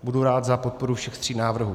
Budu rád za podporu všech tří návrhů.